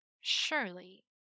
Surely